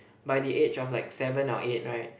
by the age of like seven or eight right